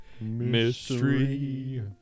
mystery